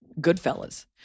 Goodfellas